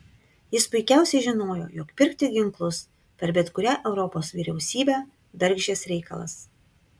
jis puikiausiai žinojo jog pirkti ginklus per bet kurią europos vyriausybę bergždžias reikalas